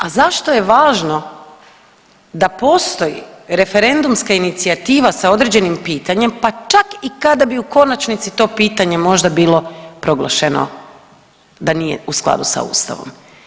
A zašto je važno da postoji referendumska inicijativa sa određenim pitanjem, pa čak i kada bi u konačnici to pitanje možda bilo proglašeno da nije u skladu sa ustavom.